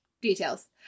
Details